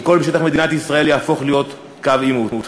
כי כל שטח מדינת ישראל יהפוך להיות קו עימות.